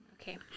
Okay